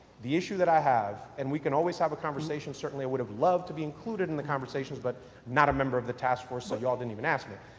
the issue that i have, and we can always have a conversation certainly i would have loved to be included in the conversations but not a member of the task force so you all didn't even ask me.